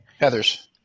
Heathers